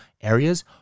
areas